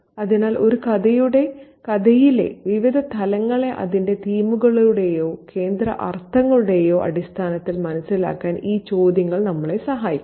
അതിനാൽ ഒരു കഥയിലെ വിവിധ തലങ്ങളെ അതിന്റെ തീമുകളുടെയോ കേന്ദ്ര അർത്ഥങ്ങളുടെയോ അടിസ്ഥാനത്തിൽ മനസ്സിലാക്കാൻ ഈ ചോദ്യങ്ങൾ നമ്മളെ സഹായിക്കും